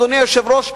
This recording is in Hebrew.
אדוני היושב-ראש,